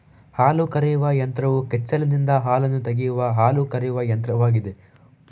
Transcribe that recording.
ಹಾಲು ಕರೆಯುವ ಯಂತ್ರವು ಕೆಚ್ಚಲಿನಿಂದ ಹಾಲನ್ನು ತೆಗೆಯುವ ಹಾಲು ಕರೆಯುವ ಯಂತ್ರವಾಗಿದೆ